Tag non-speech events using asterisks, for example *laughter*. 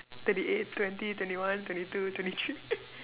thirty eight twenty twenty one twenty two twenty three *laughs*